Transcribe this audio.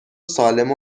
سالم